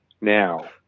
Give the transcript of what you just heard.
now